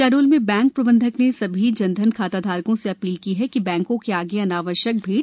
शहडोल में बैंक प्रबधक ने सभी जन धन खाता धारकों से अपील की है कि बैंको के आगे अनावश्यक भीड़ न लगायें